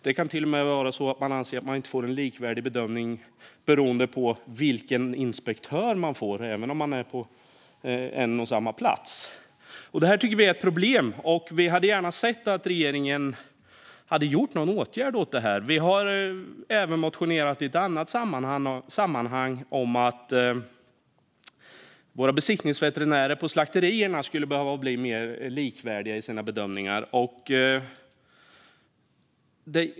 Det kan till och med vara så att man inte anser att man får en likvärdig bedömning beroende på vilken inspektör man får, även på en och samma plats. Detta tycker vi är ett problem. Vi hade gärna sett att regeringen hade vidtagit någon åtgärd mot detta. Vi har i ett annat sammanhang motionerat om att våra besiktningsveterinärer på slakterierna skulle behöva bli mer likvärdiga i sina bedömningar.